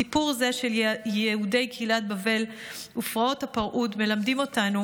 סיפור זה של קהילת יהודי בבל ופרעות הפרהוד מלמד אותנו